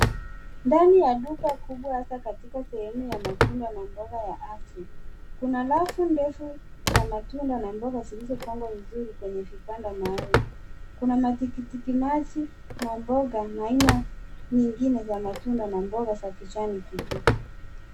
Ndani ya duka kubwa hasa katika sehemu ya matunda na mboga ya asili, kuna rafu ndefu za matunda na mboga zilizopangwa vizuri kwenye vibanda maalum. Kuna matikiti maji na mboga aina nyingine za matunda na mboga za kijani kibichi.